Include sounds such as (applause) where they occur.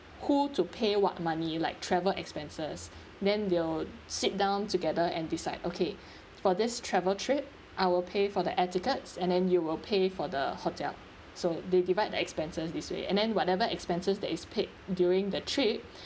who to pay what money like travel expenses then they'll sit down together and decide okay for this travel trip I will pay for the air tickets and then you will pay for the hotel so they divide the expenses this way and then whatever expenses that is paid during the trip (breath)